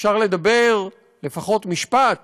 אפשר לדבר לפחות במשפט